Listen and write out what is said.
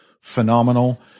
phenomenal